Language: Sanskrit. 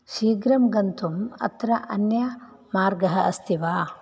शीघ्रं गन्तुम् अत्र अन्य मार्गः अस्ति वा